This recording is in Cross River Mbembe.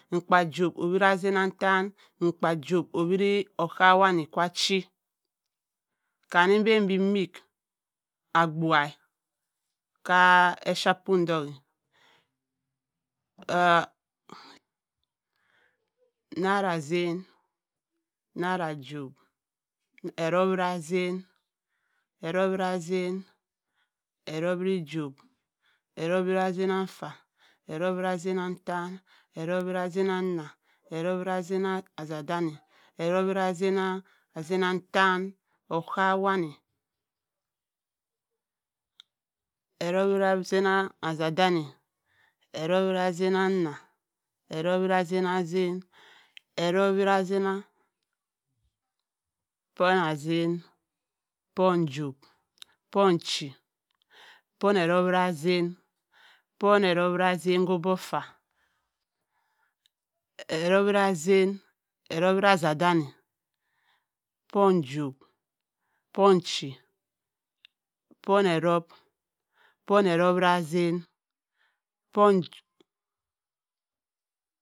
Nkpa-ijob-okuma-nchenon otane nkpa-ijob-okuma-isowanne-ichi kam ni mbenbi-mik abuagha ka sa eshapum odok. Naira-nehen. Naira-ijobh. Erobh-okuma-nchen. Erobh-okuma-nchen. Erobh-okuma-ijobh. Erobh-okuma-nchenonnfa. Erobh-okuma-nchenotan. Erobh-okuma-nchenonna. Erobh-okuma-nchadane. Erobh-okuma-nchenontane osowanne. Erobh okuma-nchadane. Erobh-okuma-nchenon nna. Erobh-okuma-nchenon-nchen. Erobh-okuma-nchenon-pah-nchen. Pon-ijobh. Pon-nche. Pon-erobh-okuma-nchen. Pon-erobh-okuma-nchen-obok-nfa. Erobh-okuma-nchen. Erobh-okuma-nchen-wane. Pon-ijobh. Pon-ichi. Pon-erobh. Pon-erobh-okuma-nchen